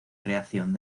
creación